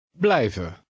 Blijven